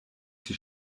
die